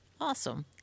Awesome